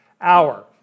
hour